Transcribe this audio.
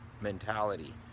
mentality